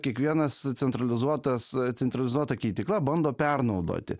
kiekvienas centralizuotas centralizuota keitykla bando pernaudoti